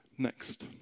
Next